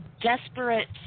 desperate